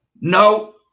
No